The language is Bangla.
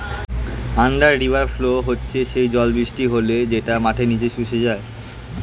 আন্ডার রিভার ফ্লো হচ্ছে সেই জল বৃষ্টি হলে যেটা মাটির নিচে শুষে যায়